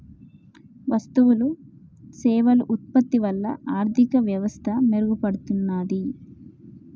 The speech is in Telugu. వస్తువులు సేవలు ఉత్పత్తి వల్ల ఆర్థిక వ్యవస్థ మెరుగుపడుతున్నాది